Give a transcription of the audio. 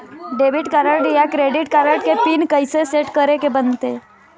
Debit card या credit card के pin कइसे सेट करे के बनते?